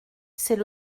c’est